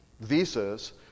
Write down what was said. visas